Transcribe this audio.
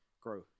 grow